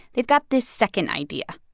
they've got this second idea.